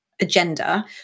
Agenda